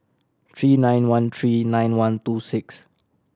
three nine one three nine one two six